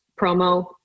promo